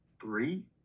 three